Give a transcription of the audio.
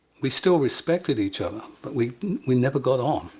we still respected each other, but we we never got on.